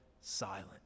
silent